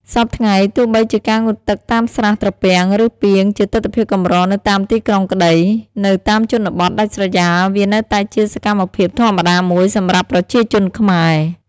សព្វថ្ងៃ ទោះបីជាការងូតទឹកតាមស្រះ ត្រពាំង ឬ ពាងជាទិដ្ឋភាពកម្រនៅតាមទីក្រុងក្ដី នៅតាមជនបទដាច់ស្រយាលវានៅតែជាសកម្មភាពធម្មតាមួយសម្រាប់ប្រជាជនខ្មែរ។